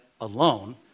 alone